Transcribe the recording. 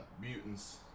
mutants